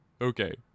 Okay